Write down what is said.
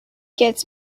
gets